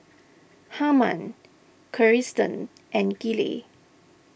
Harman Kirsten and Gillie